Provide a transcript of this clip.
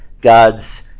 God's